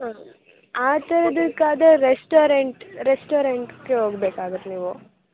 ಹಾಂ ಆ ಥರದಕ್ಕೆ ಆದರೆ ರೆಸ್ಟೋರೆಂಟ್ ರೆಸ್ಟೋರೆಂಟಿಗೆ ಹೋಗ್ಬೇಕಾಗುತ್ ನೀವು